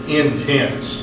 intense